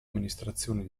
amministrazioni